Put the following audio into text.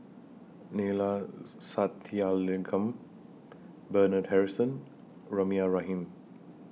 Neila Sathyalingam Bernard Harrison Rahimah Rahim